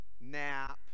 nap